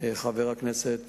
חבר הכנסת פיניאן,